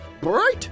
bright